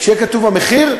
כשיהיה כתוב המחיר,